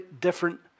different